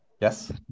Yes